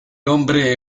hombre